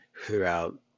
throughout